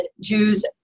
Jews